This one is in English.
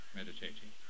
meditating